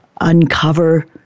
uncover